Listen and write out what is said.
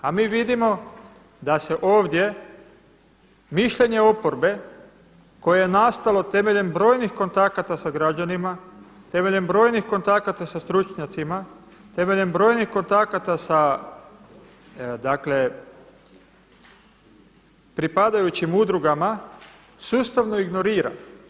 A mi vidimo da se ovdje mišljenje oporbe koje je nastalo temeljem brojnih kontakata sa građanima, temeljem brojnih kontakata sa stručnjacima, temeljem brojnih kontakata sa, dakle pripadajućim udrugama, sustavno ignorira.